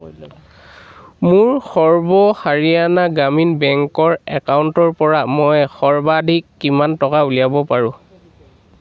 মোৰ সৰ্ব হাৰিয়ানা গ্ৰামীণ বেংকৰ একাউণ্টৰপৰা মই সৰ্বাধিক কিমান টকা উলিয়াব পাৰোঁ